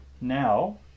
now